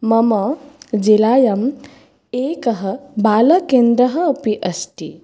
मम जिलायाम् एकं बालकेन्द्रम् अपि अस्ति